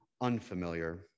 unfamiliar